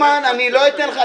פולקמן, אני לא אתן לך להפריע.